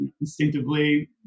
instinctively